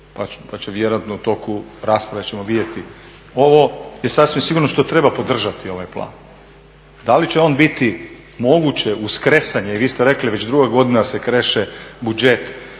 pa ćemo vjerojatno u toku rasprave vidjeti. Ovo je sasvim sigurno što treba podržati ovaj plan, da li će on biti moguće uz kresanje i vi ste rekli već druga godina se kreše budžet